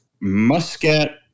Muscat